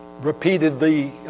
repeatedly